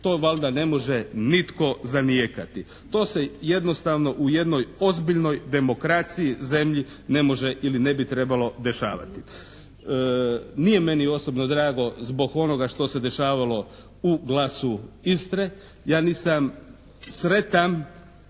To valjda ne može nitko zanijekati. To se jednostavno u jednoj ozbiljnoj demokraciji, zemlji ne može ili ne bi trebalo dešavati. Nije meni osobno drago zbog onoga što se dešavalo u Glasu Istre. Ja nisam sretan